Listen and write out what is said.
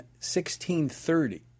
1630